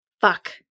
Fuck